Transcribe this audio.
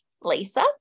Lisa